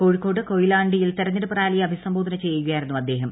കോഴിക്കോട് കൊയിലാണ്ടിയിൽ തെരഞ്ഞെടുപ്പ് റാലിയെ അഭിസംബോധന ചെയ്യുകയായിരുന്നു അദ്ദേഹം